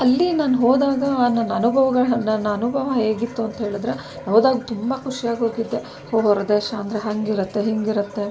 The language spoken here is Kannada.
ಅಲ್ಲಿ ನಾನು ಹೋದಾಗ ನನ್ನ ಅನುಭವಗಳು ನನ್ನ ಅನುಭವ ಹೇಗಿತ್ತು ಅಂಥೇಳಿದ್ರೆ ಹೋದಾಗ ತುಂಬ ಖುಷಿಯಾಗಿ ಹೋಗಿದ್ದೆ ಓಹ್ ಹೊರದೇಶ ಅಂದರೆ ಹಾಗಿರುತ್ತೆ ಹೀಗಿರುತ್ತೆ